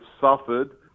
suffered